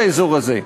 באזור הזה,